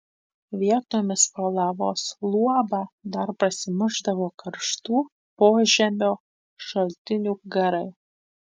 vietomis pro lavos luobą dar prasimušdavo karštų požemio šaltinių garai